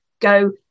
go